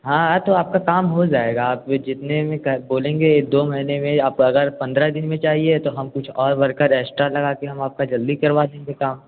हाँ हाँ तो आपका काम हो जाएगा आपके जितने भी कर बोलेंगे ये दो महीने में ही आप अगर पंद्रह दिन में चाहिए तो हम कुछ और वर्कर एशट्रा लगाके हम आपका जल्दी करवा देंगे काम